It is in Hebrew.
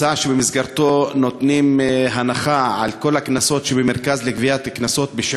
שבמסגרתו נותנים הנחה בשיעור 40% על כל הקנסות שבמרכז לגביית קנסות.